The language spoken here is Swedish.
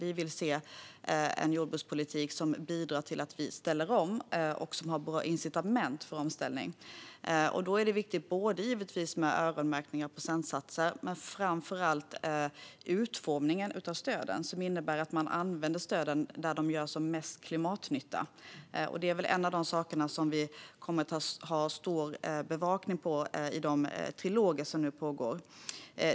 Vi vill se en jordbrukspolitik som bidrar till att vi ställer om och som har bra incitament för omställning. Då är det viktigt med öronmärkning av procentsatser men framför allt med en utformning av stöden som innebär att man använder stöden där de gör mest klimatnytta. Det är en av de saker som vi kommer att bevaka i de triloger som nu pågår.